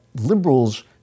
liberals